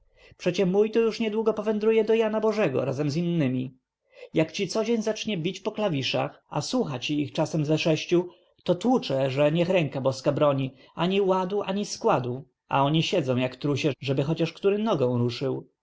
przecie mój to już niedługo powędruje do jana bożego razem z innymi jakci co dzień zacznie bić po klawiszach a słuchaci ich czasem ze sześciu to tłucze że niech ręka bozka broni ani ładu ani składu a oni siedzą jak trusie żeby chociaż który nogą